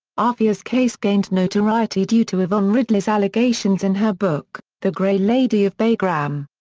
aafia's case gained notoriety due to yvonne ridley's allegations in her book, the grey lady of bagram.